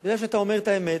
מפני שאתה אומר את האמת.